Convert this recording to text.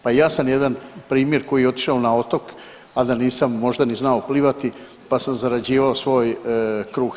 Pa i ja sam jedan primjer koji je otišao na otok, al da nisam možda ni znao plivati, pa sam zarađivao svoj kruh.